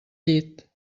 llit